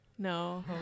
No